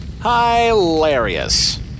Hilarious